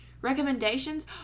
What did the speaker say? recommendations